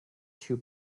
two